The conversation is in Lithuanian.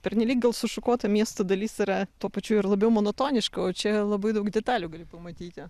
pernelyg gal sušukuota miesto dalis yra tuo pačiu ir labiau monotoniška o čia labai daug detalių gali pamatyti